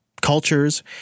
cultures